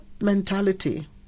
mentality